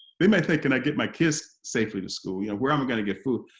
they might think can i get my kids safely to school? yeah where am i going to get food?